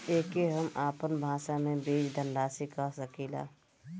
एके हम आपन भाषा मे बीज धनराशि कह सकीला